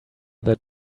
that